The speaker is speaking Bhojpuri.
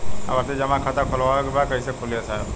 आवर्ती जमा खाता खोलवावे के बा कईसे खुली ए साहब?